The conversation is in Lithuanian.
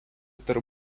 tarp